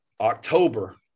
October